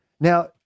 Now